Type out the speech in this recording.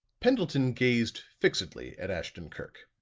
pendleton gazed fixedly at ashton-kirk.